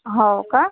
हो का